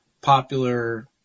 popular